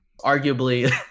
arguably